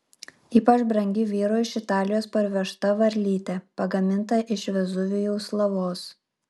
ypač brangi vyro iš italijos parvežta varlytė pagaminta iš vezuvijaus lavos